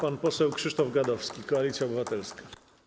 Pan poseł Krzysztof Gadowski, Koalicja Obywatelska.